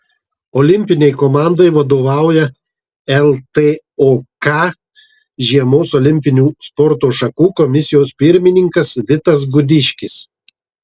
olimpinei komandai vadovauja ltok žiemos olimpinių sporto šakų komisijos pirmininkas vitas gudiškis